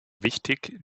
wichtig